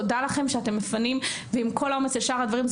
תודה לכם שאתם מפנים, עם כל העומס ושאר הדברים.